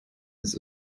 its